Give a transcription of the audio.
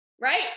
right